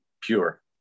pure